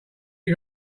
you